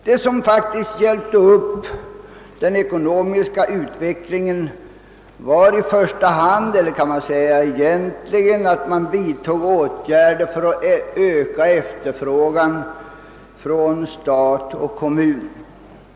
Det som faktiskt hjälpte upp den ekonomiska utvecklingen var egentligen att man vidtog åtgärder för att öka efterfrågan från stat och kommun.